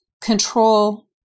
control